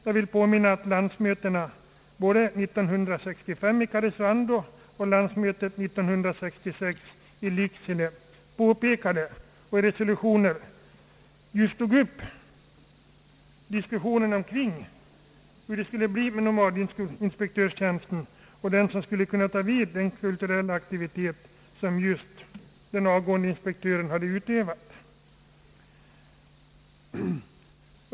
Jag vill påminna om att landsmötena 1965 i Karesuando och 1966 i Lycksele i samband med resolutioner just tog upp diskussionen omkring frågan om hur det skulle bli med nomadskoleinspektörstjänsten och vem som skulle kunna fortsätta den kulturella aktivitet som den avgående inspektören har utövat.